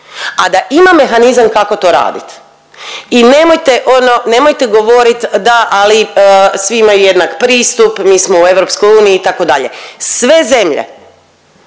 a da ima mehanizam kako to raditi. I nemojte ono, nemojte govorit da, ali svi imaju jednak pristup, mi smo u EU itd. Sve zemlje